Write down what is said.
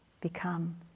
become